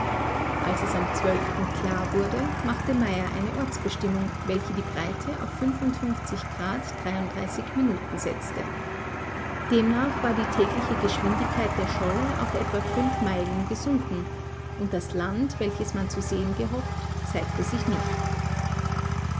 als es am klar wurde machte meyer eine ortsbestimmung welche die breite auf minuten setzte demnach war die tägliche geschwindigkeit der scholle auf etwa fünf meilen gesunken und das land welches man zu sehen gehofft zeigte sich nicht